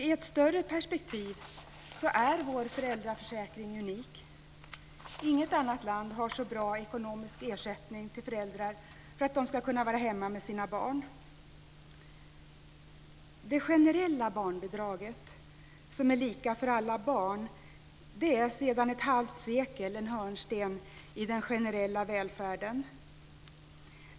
I ett större perspektiv är vår föräldraförsäkring unik. Inget annat land ger så bra ekonomisk ersättning till föräldrar för att de ska kunna vara hemma med sina barn. Det generella barnbidraget, som är lika för alla barn, är sedan ett halvt sekel en hörnsten i den generella välfärden.